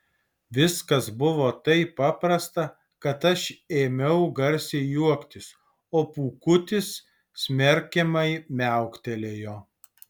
viskas buvo taip paprasta kad aš ėmiau garsiai juoktis o pūkutis smerkiamai miauktelėjo